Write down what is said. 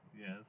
Yes